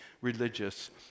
religious